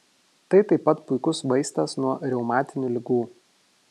tai taip pat puikus vaistas nuo reumatinių ligų